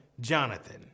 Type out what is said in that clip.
Jonathan